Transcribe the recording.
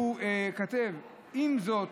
הוא כותב: "עם זאת,